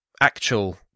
actual